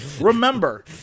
remember